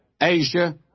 Asia